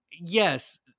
yes